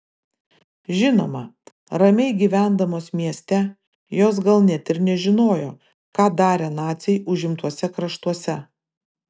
žinoma ramiai gyvendamos mieste jos gal net ir nežinojo ką darė naciai užimtuose kraštuose